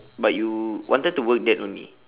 but you wanted to work that only